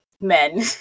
men